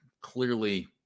clearly